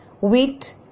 wheat